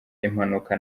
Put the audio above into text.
impanuka